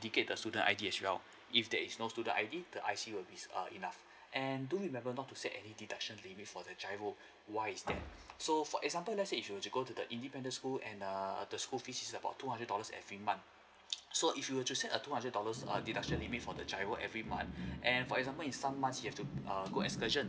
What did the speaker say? indicate the student I_D as well if there is no student I_D the I_C would be err enough and do remember not to set any deduction limit for the giro why is that so for example let's say if you were to go to the independant school and err the school fees is about two hundred dollars every month so if you were to set a two hundred dollars err deduction limit for the giro every month and for example in some months he has to err go excursion